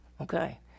Okay